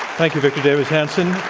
thank you, victor davis hanson.